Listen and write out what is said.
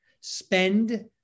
spend